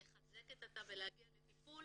לחזק את התא ולהגיע לטיפול